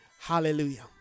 Hallelujah